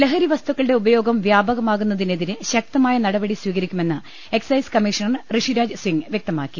ലഹരി വസ്തുക്കളുടെ ഉപയോഗം വ്യാപകമാകുന്നതിനെതിരെ ശക്ത മായ നടപടി സ്വീകരിക്കുമെന്ന് എക്സൈസ് കമ്മീഷണർ ഋഷിരാജ് സിംഗ് വൃക്തമാക്കി